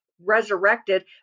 resurrected